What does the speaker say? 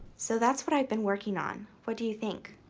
so that's what i've been working on. what do you think?